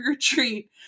Treat